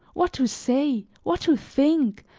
what to say, what to think,